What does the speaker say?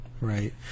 Right